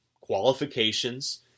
qualifications